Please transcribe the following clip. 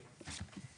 תודה לכם.